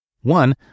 One